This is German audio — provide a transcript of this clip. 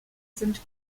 sind